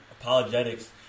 apologetics